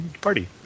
party